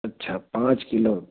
अच्छा पाँच किलो